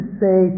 say